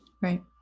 Right